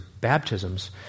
baptisms